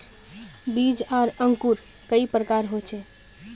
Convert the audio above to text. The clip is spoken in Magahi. बीज आर अंकूर कई प्रकार होचे?